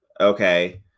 okay